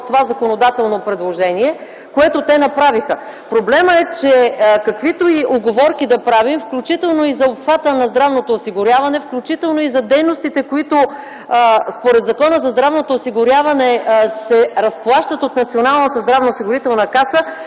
в това законодателно предложение, което те направиха. Проблемът е, че каквито и уговорки да правим, включително и за обхвата на здравното осигуряване, включително и за дейностите, които според Закона за здравното осигуряване се разплащат от Националната здравноосигурителна каса,